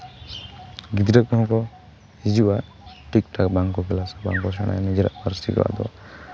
ᱜᱤᱫᱽᱨᱟᱹ ᱠᱚᱦᱚᱸ ᱠᱚ ᱦᱤᱡᱩᱜᱼᱟ ᱴᱷᱤᱠ ᱴᱷᱟᱠ ᱵᱟᱝ ᱠᱚ ᱠᱮᱞᱟᱥ ᱠᱚᱣᱟ ᱵᱟᱝ ᱠᱚ ᱥᱮᱬᱟᱭᱟ ᱱᱤᱡᱮᱨᱟᱜ ᱯᱟᱹᱨᱥᱤ ᱫᱚ ᱟᱵᱚ